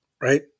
right